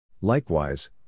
Likewise